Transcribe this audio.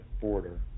border